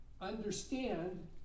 understand